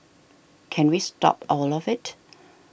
can we stop all of it